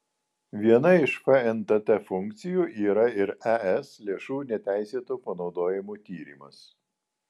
viena iš fntt funkcijų yra ir es lėšų neteisėto panaudojimo tyrimas